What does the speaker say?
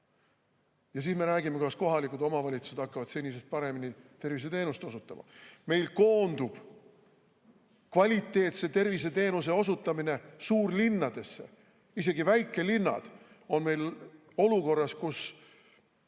Ja siis me räägime, kas kohalikud omavalitsused hakkavad senisest paremini tervishoiuteenuseid osutama. Meil koondub kvaliteetsete tervishoiuteenuste osutamine suurlinnadesse. Isegi väikelinnad on olukorras, kus